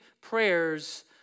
prayers